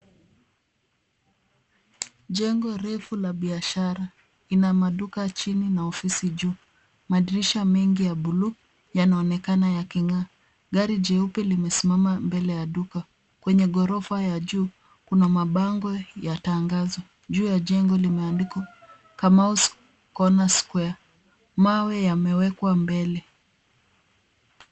A tall commercial building. It has shops downstairs and offices upstairs. Many blue windows seem to be shining. A white car is parked in front of the shop. On the top floor, there are advertising billboards. On the building, it is written "Kamau's Croner Square' (CS). Stones are placed in front.